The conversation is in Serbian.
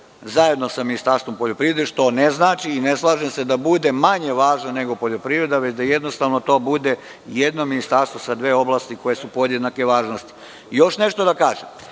zajedno sa ministarstvom poljoprivrede, što ne znači i ne slažem se da bude manje važno nego poljoprivreda, već jednostavno da to bude jedno ministarstvo sa dve oblasti koje su podjednake važnosti. Još nešto da kažem.